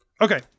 Okay